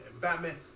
batman